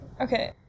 Okay